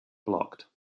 blocked